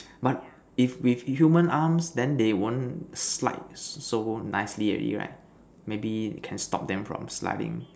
but if with human arms then they won't slide so nicely already right maybe can stop them from sliding